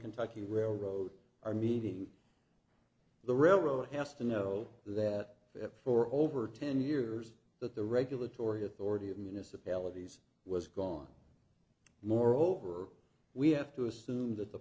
kentucky railroad are meeting the railroad has to know that for over ten years that the regulatory authority of municipalities was gone moreover we have to assume that the